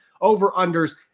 over-unders